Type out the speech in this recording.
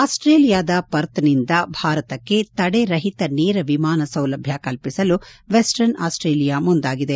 ಆಸ್ಸೇಲಿಯಾದ ಪರ್ತ್ನಿಂದ ಭಾರತಕ್ಕೆ ತಡೆ ರಹಿತ ನೇರ ವಿಮಾನ ಸೌಲಭ್ಞ ಕಲ್ಪಿಸಲು ವೆಸ್ಸರ್ನ್ ಆಸ್ಟೇಲಿಯಾ ಮುಂದಾಗಿದೆ